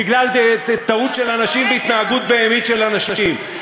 בגלל טעות של אנשים והתנהגות בהמית של אנשים.